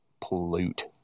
pollute